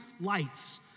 lights